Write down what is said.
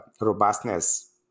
robustness